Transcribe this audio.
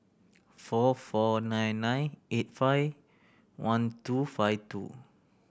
four four nine nine eight five one two five two